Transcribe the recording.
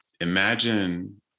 imagine